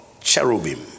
cherubim